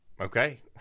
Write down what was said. Okay